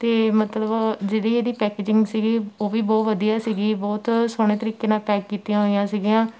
ਅਤੇ ਮਤਲਬ ਜਿਹੜੀ ਇਹਦੀ ਪੈਕੇਜਿੰਗ ਸੀਗੀ ਉਹ ਵੀ ਬਹੁਤ ਵਧੀਆ ਸੀਗੀ ਬਹੁਤ ਸੋਹਣੇ ਤਰੀਕੇ ਨਾਲ ਪੈਕ ਕੀਤੀਆਂ ਹੋਈਆਂ ਸੀਗੀਆਂ